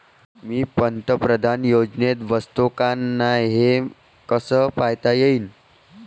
मी पंतप्रधान योजनेत बसतो का नाय, हे कस पायता येईन?